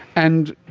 and